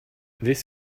this